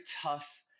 tough